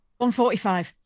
145